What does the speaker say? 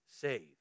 save